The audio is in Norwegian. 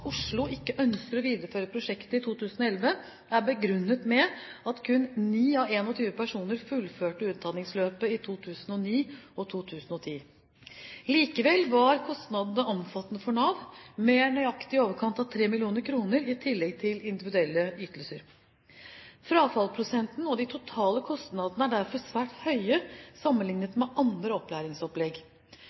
Oslo ikke ønsker å videreføre prosjektet i 2011, er begrunnet med at kun ni av 21 personer fullførte utdanningsløpet i 2009 og 2010. Likevel var kostnadene omfattende for Nav – mer nøyaktig i overkant av 3 mill. kr i tillegg til individuelle ytelser. Frafallsprosenten er høy, og de totale kostnadene er derfor svært høye sammenlignet med andre opplæringsopplegg.